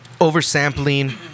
Oversampling